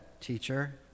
teacher